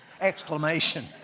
exclamation